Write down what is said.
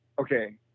okay